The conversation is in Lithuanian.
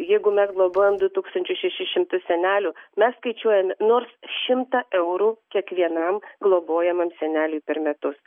jeigu mes globojam du tūkstančius šešis šimtus senelių mes skaičiuojame nors šimtą eurų kiekvienam globojamam seneliui per metus